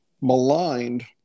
maligned